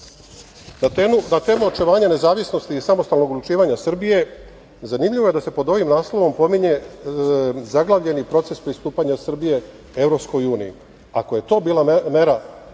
temu očuvanja nezavisnosti i samostalnog odlučivanja Srbije, zanimljivo je da se pod ovim naslovom pominje zaglavljeni proces pristupanja Srbije Evropskoj uniji. Ako je to bila mera